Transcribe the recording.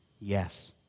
Yes